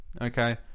okay